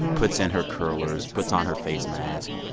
puts in her curlers, puts on her face mask,